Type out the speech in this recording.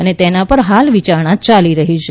અનતેના પર હાલ વિયારણા ચાલી રહી છે